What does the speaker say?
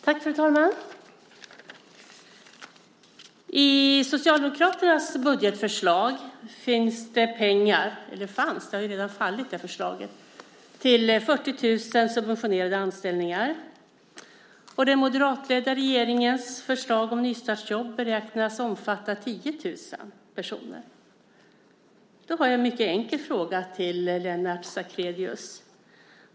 Fru talman! I socialdemokraternas budgetförslag fanns det pengar till 40 000 subventionerade anställningar. Den moderatledda regeringens förslag om nystartsjobb beräknas omfatta 10 000 personer. Jag har en mycket enkel fråga till Lennart Sacrédeus.